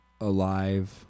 alive